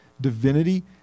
divinity